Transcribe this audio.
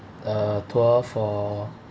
a tour for